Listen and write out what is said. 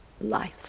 life